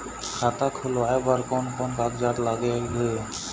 खाता खुलवाय बर कोन कोन कागजात लागेल?